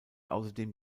außerdem